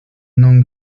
non